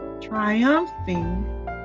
triumphing